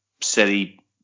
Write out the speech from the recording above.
City